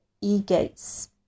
e-gates